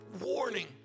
warning